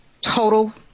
total